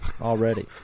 already